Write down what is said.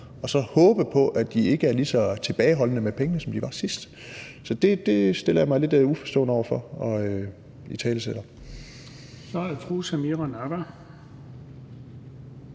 og så håbe på, at de ikke er lige så tilbageholdende med pengene, som de var sidst. Så det stiller jeg mig lidt uforstående over for og italesætter. Kl. 13:17 Den fg.